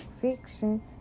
fiction